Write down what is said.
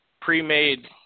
pre-made